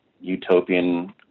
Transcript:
utopian